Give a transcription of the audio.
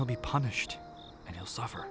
he'll be punished and he'll suffer